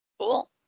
cool